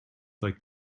like